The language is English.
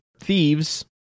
Thieves